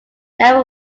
never